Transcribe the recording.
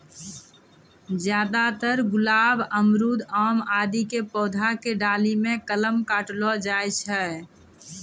ज्यादातर गुलाब, अमरूद, आम आदि के पौधा के डाली मॅ कलम काटलो जाय छै